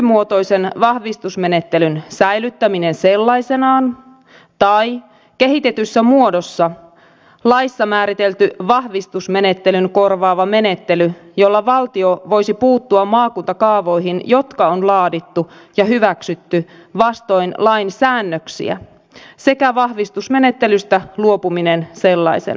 nykymuotoisen vahvistusmenettelyn säilyttäminen sellaisenaan tai kehitetyssä muodossa laissa määritelty vahvistusmenettelyn korvaava menettely jolla valtio voisi puuttua maakuntakaavoihin jotka on laadittu ja hyväksytty vastoin lain säännöksiä sekä vahvistusmenettelystä luopuminen sellaisenaan